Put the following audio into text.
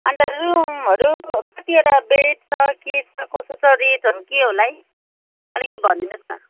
अन्त रुमहरू कतिवटा बेड छ के छ कसो छ रेटहरू के होला है अलिकति भनिदिनु होस् न